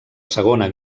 segona